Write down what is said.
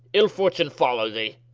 ill fortune follow thee.